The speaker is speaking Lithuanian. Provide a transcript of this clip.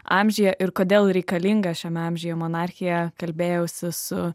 amžiuje ir kodėl reikalinga šiame amžiuje monarchija kalbėjausi su